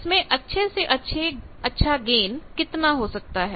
उसमें अच्छे से अच्छा गेन कितना हो सकता है